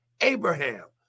Abraham